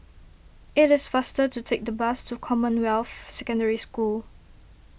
it is faster to take the bus to Commonwealth Secondary School